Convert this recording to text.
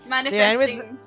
Manifesting